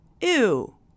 Ew